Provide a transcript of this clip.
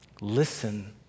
Listen